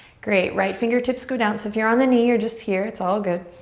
great. right fingertips go down. so if you're on the knee or just here, it's all good.